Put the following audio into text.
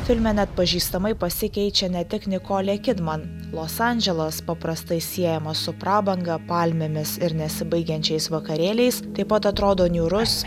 filme neatpažįstamai pasikeičia ne tik nikolė kidman los andželas paprastai siejamas su prabanga palmėmis ir nesibaigiančiais vakarėliais taip pat atrodo niūrus